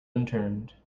unturned